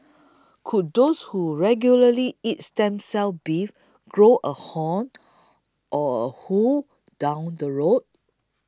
could those who regularly eat stem cell beef grow a horn or a hoof down the road